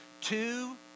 two